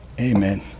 Amen